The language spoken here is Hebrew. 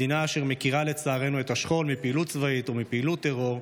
מדינה שמכירה לצערנו את השכול מפעילות צבאית ומפעילות טרור,